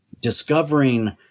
discovering